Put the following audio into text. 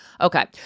Okay